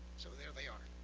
so there they are.